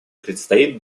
предстоит